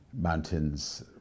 mountains